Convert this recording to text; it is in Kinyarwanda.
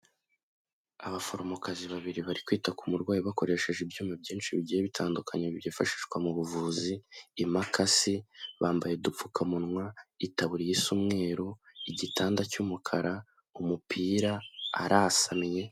Abaforomokazi babiri bari kwita ku murwayi bakoresheje ibyuma byinshi bigiye bitandukanye byifashishwa mu buvuzi imakasi, bambaye udupfukamunwa, itaburiya isa umweru, igitanda cy'umukara, umupira, arasamye.